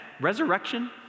resurrection